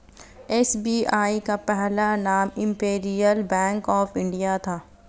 SBI का पहला नाम इम्पीरीअल बैंक ऑफ इंडिया था